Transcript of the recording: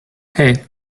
hey